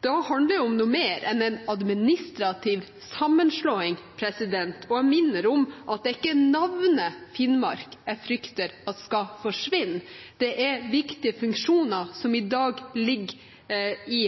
Da handler det om noe mer enn en administrativ sammenslåing. Jeg minner om at det er ikke navnet Finnmark jeg frykter skal forsvinne – det er viktige funksjoner som i dag ligger i